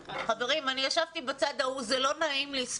חברים, אני ישבתי בצד ההוא וזה לא נעים לספוג.